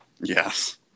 Yes